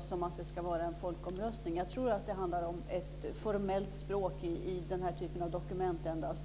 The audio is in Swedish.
som att det ska vara en folkomröstning. Jag tror att det handlar om ett formellt språk i den här typen av dokument.